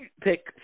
pick